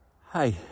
Hi